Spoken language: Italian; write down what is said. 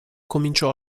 cominciò